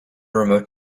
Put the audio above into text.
remote